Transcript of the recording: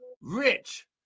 rich